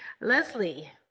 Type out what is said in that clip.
Leslie